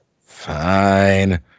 Fine